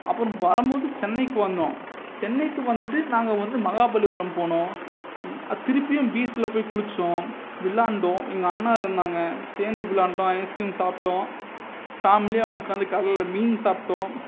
அப்புறம் வரம்போது சென்னைக்கு வந்தோம் சென்னைக்கு வந்துவிட்டு நாங்கள் வந்து மகாபலிபுரம் போனோம் திருப்பியும் பீச்சில் போய் குளிச்சோம் விளாண்டோம் எங்கள் அண்ணா இருந்தாங்க சேர்ந்து விளாண்டோம் ஐஸ்கிரீம் சாப்பிட்டோம் ஃபேம்லியாக உட்காந்து கடலில் மீன் சாப்பிட்டோம்